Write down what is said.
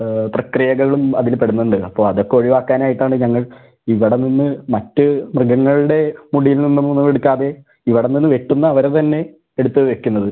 പ്രക്രിയകളും അതിൽ പെടുന്നുണ്ട് അപ്പോൾ അതൊക്കെ ഒഴിവാക്കാനായിട്ടാണ് ഞങ്ങൾ ഇവടെ നിന്ന് മറ്റ് മൃഗങ്ങളുടെ മുടിയിൽ നിന്നുമൊന്നും എടുക്കാതെ ഇവിടെ നിന്ന് വെട്ടുന്ന അവരെ തന്നെ എടുത്ത് വെക്കുന്നത്